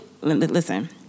listen